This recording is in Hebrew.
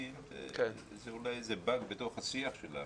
שמשיבים זה אולי איזה באג בתוך השיח שלנו.